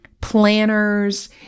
Planners